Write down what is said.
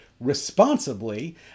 responsibly